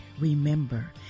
Remember